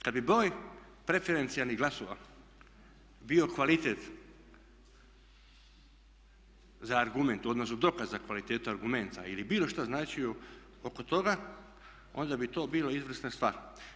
Kad bi broj preferencijalnih glasova bio kvalitet za argument odnosno dokaz za kvalitetu argumenta ili bilo što značio oko toga, onda bi to bila izvrsna stvar.